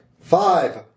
Five